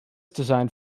designed